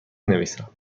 نویسم